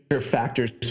factors